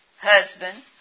husband